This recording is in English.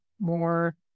more